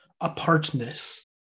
apartness